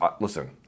Listen